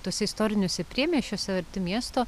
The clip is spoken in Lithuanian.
tuose istoriniuose priemiesčiuose arti miesto